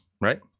right